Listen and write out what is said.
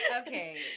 Okay